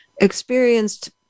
experienced